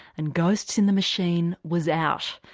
and ghosts in the machine was out.